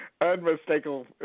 Unmistakable